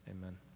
amen